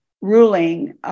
ruling